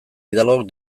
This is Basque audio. hidalgok